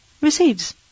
receives